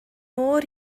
oer